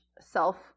self